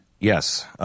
yes –